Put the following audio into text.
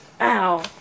Ow